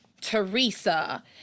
Teresa